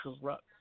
corrupt